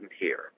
hear